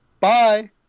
Bye